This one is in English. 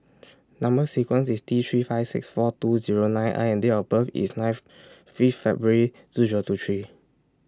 Number sequence IS T three five six four two Zero nine I and Date of birth IS ninth February two Zero two three